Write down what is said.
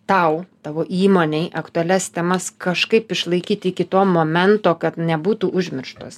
tau tavo įmonei aktualias temas kažkaip išlaikyt iki to momento kad nebūtų užmirštos